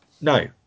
no